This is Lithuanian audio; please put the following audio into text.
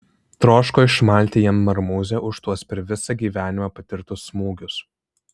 troško išmalti jam marmūzę už tuos per visą gyvenimą patirtus smūgius